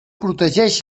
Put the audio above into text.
protegeix